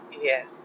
Yes